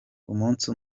umunsi